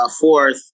fourth